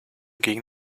gegen